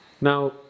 Now